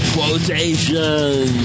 Quotation